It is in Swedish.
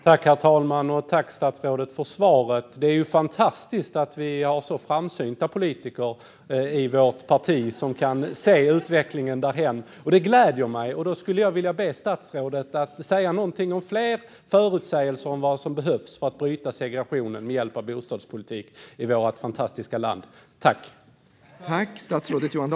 Herr talman! Jag tackar statsrådet för svaret. Det är fantastiskt att vi har så framsynta politiker i vårt parti som kan se utvecklingen framåt. Det gläder mig! Jag skulle därför vilja be statsrådet att komma med fler förutsägelser om vad som behövs för att med hjälp av bostadspolitiken bryta segregationen i vårt fantastiska land.